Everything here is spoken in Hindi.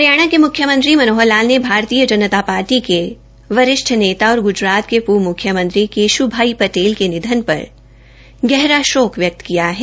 हरियाणा के मुख्यमंत्री श्री मनोहर लाल ने भारतीय नता पार्टी के वरिष्ठ नेता और गू रात के पूर्व मुख्यमंत्री श्री केश्भाई पटेल के निधन पर गहरा शोक व्यक्त किया है